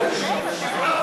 מחלקת פרחים שם.